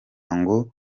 ngo